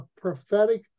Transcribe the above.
prophetic